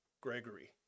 Gregory